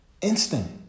Instinct